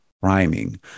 priming